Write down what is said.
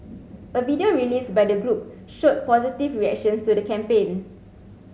a video released by the group showed positive reactions to the campaign